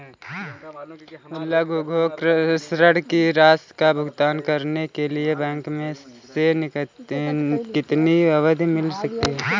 लघु उद्योग ऋण की राशि का भुगतान करने के लिए बैंक से कितनी अवधि मिल सकती है?